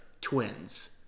twins